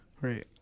right